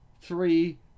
Three